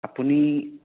আপুনি